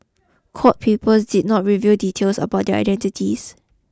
court papers did not reveal details about their identities